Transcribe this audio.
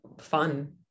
fun